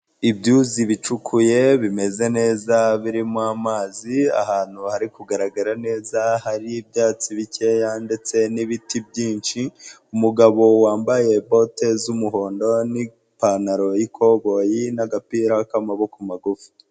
Ibyuzi bicukuye bimeze neza birimo amazi, ahantu hari kugaragara neza hari ibyatsi bikeya ndetse n'ibiti byinshi, umugabo wambaye bote z'umuhondo n'ipantaro y'ikoboyi n'agapira k'amaboko magufi.